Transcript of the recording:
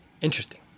interesting